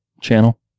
channel